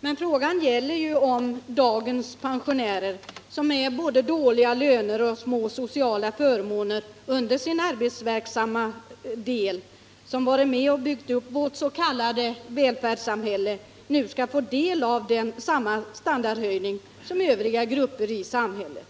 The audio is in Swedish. Men frågan gäller om dagens pensionärer, som haft både dåliga löner och få sociala förmåner under sin yrkesverksamma del av livet och som varit med och byggt upp vårt s.k. välfärdssamhälle, nu skall få del av samma standardhöjning som övriga grupper i samhället.